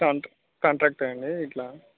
కాంట contract అండి ఇట్లా